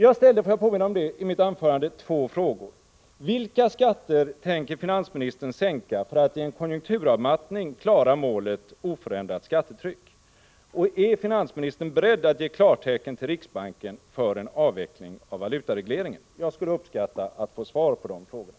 Jag ställde i mitt anförande två frågor, som jag vill påminna om: Vilka skatter tänker finansministern sänka för att i en konjunkturavmattning klara målet oförändrat skattetryck? Och är finansministern beredd att ge klartecken till riksbanken för en avveckling av valutaregleringen? Jag skulle uppskatta att få svar på de frågorna.